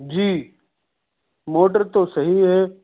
جی motor تو صحیح ہے